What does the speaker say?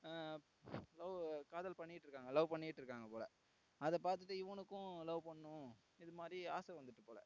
love காதல் பண்ணிட் இருக்காங்க லவ் பண்ணிட் இருக்காங்க போல் அதை பார்த்துட்டு இவனுக்கும் லவ் பண்ணனும் அந்தமாதிரி ஆசை வந்துவிட்டு போல்